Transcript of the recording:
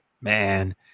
man